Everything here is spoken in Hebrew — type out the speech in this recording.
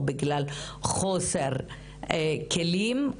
או בגלל חוסר בכלים,